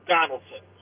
Donaldson